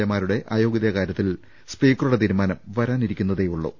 എമാരുടെ അയോഗ്യതാ കാര്യത്തിൽ സ്പീക്കറുടെ തീരുമാനം വരാനിരിക്കുന്നതേയു ള്ളൂ